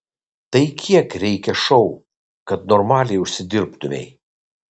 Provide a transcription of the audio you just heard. tai kiek reikia šou kad normaliai užsidirbtumei